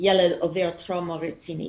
שילד עובר טראומה רצינית.